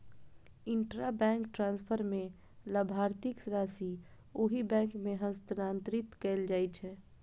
intrabank transfer मे लाभार्थीक राशि ओहि बैंक मे हस्तांतरित कैल जाइ छै